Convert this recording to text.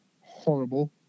horrible